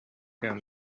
down